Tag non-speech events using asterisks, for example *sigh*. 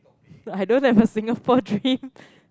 I don't have a Singapore dream *laughs*